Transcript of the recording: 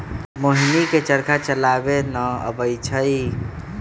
मोहिनी के चरखा चलावे न अबई छई